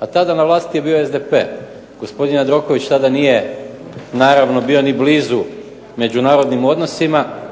A tada je na vlasti bio SDP. Gospodin Jandroković tada nije bio naravno ni blizu međunarodnim odnosima